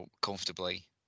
comfortably